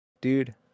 Dude